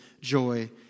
joy